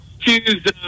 choose